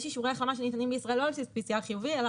יש אישורי החלמה שניתנים בישראל לא על בסיס PCR חיובי,